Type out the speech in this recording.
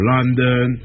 London